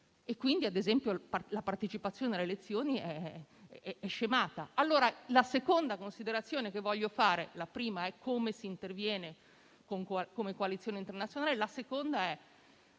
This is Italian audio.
e quindi, ad esempio, la partecipazione alle elezioni è scemata. La seconda considerazione che voglio fare (la prima è come si interviene come coalizione internazionale) è allora la